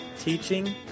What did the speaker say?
teaching